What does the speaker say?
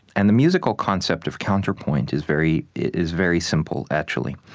and the musical concept of counterpoint is very is very simple, actually.